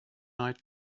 night